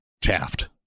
Taft